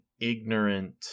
ignorant